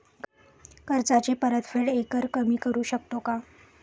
कर्जाची परतफेड एकरकमी करू शकतो का?